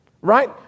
right